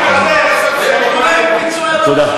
תודה.